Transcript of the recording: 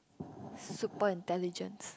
super intelligent